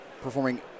performing